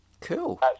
Cool